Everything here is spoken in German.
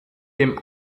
dem